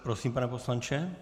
Prosím, pane poslanče.